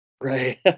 right